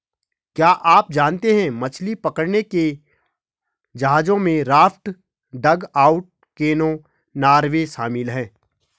क्या आप जानते है मछली पकड़ने के जहाजों में राफ्ट, डगआउट कैनो, नावें शामिल है?